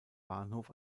bahnhof